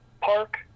Park